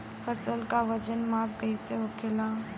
फसल का वजन माप कैसे होखेला?